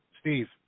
Steve